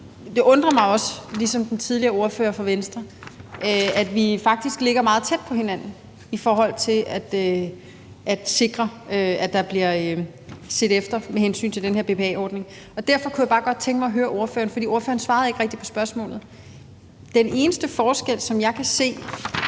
Det undrer mig også ligesom den tidligere ordfører fra Venstre, at vi faktisk ligger meget tæt på hinanden i forhold til at sikre, at den her BPA-ordning bliver set efter. Derfor kunne jeg godt bare tænke mig at sige til ordføreren, for ordføreren svarede ikke rigtigt på spørgsmålet, at den eneste forskel, som jeg kan se